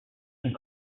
and